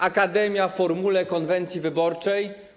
Akademia w formule konwencji wyborczej?